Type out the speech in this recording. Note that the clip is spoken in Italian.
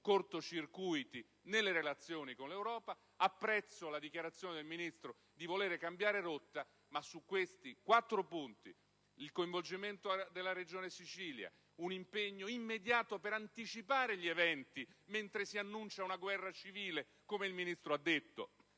cortocircuiti nelle relazioni con l'Europa. Apprezzo la dichiarazione del Ministro di voler cambiare rotta, ma su questi quattro punti (il coinvolgimento della Regione Siciliana, un impegno immediato per anticipare gli eventi, dato che - come il Ministro ha detto